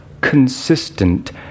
consistent